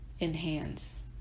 enhance